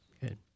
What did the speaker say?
Good